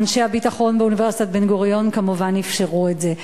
ואנשי הביטחון ואוניברסיטת בן-גוריון כמובן אפשרו את זה.